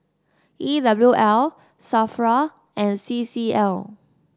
E W L Safra and C C L